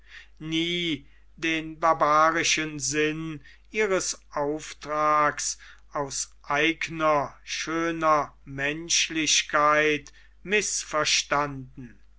nie den barbarischen sinn ihres auftrags aus eigener schöner menschlichkeit mißverstanden